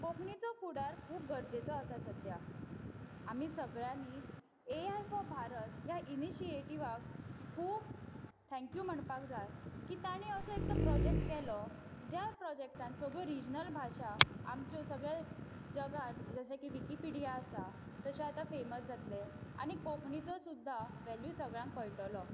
कोंकणीचो फुडार खुप गरजेचो आसा सद्द्या आमी सगळ्यांनी ए आय फॅार भारत ह्या इनिशीएटीवाक खुप थॅंक्यु म्हणपाक जाय की ताणे असो एक तो प्राजेक्ट केलो ज्या प्रॉजेक्टान सगळ्यो रिजनल भाशा आमचे सगळे जगाक जशेकी विकिपिडिया आसा तशें आता फेमस जातले आनी कोंकणीचो सुद्दा वॅल्यु सगळ्यांक कळटलो